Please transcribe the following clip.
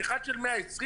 אחד של 120,